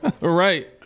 Right